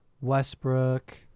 Westbrook